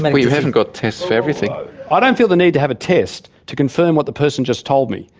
we haven't got tests for everything. i don't feel the need to have a test to confirm what the person just told me,